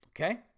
Okay